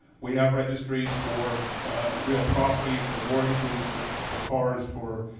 we have registries for real property, for mortgages, for for cars, for